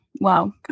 Wow